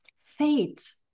faith